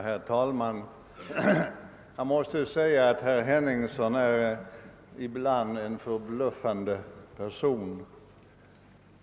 Herr talman! Jag måste säga att herr Henningsson ibland är en förbluffande person.